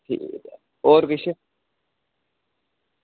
होर किश